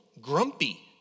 grumpy